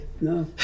No